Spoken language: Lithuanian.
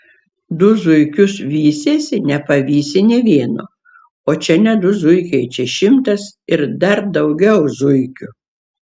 du zuikius vysiesi nepavysi nė vieno o čia ne du zuikiai čia šimtas ir dar daugiau zuikių